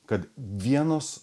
kad vienos